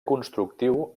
constructiu